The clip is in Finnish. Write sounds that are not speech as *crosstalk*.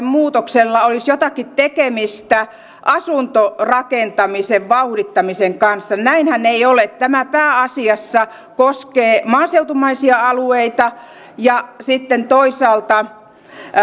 *unintelligible* muutoksella olisi jotakin tekemistä asuntorakentamisen vauhdittamisen kanssa näinhän ei ole tämä pääasiassa koskee maaseutumaisia alueita ja toisaalta